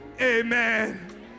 amen